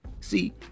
See